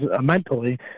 mentally